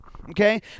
okay